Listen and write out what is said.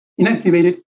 inactivated